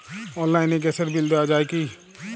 অনলাইনে গ্যাসের বিল দেওয়া যায় কি?